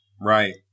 Right